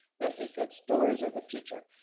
that he said, stories are the future.